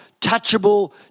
touchable